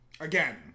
Again